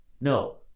No